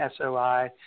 SOI